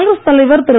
காங்கிரஸ் தலைவர் திரு